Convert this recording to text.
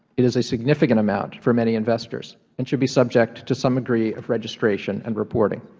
it is a significant amount for many investors and should be subject to some degree of registration and reporting.